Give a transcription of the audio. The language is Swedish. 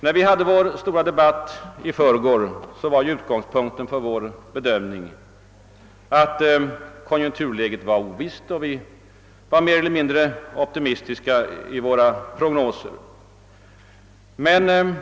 När vi hade vår stora debatt i förrgår var utgångspunkten att konjunkturläget var ovisst. Vi var mer eller mindre optimistiska i våra prognoser, men alla var vi osäkra.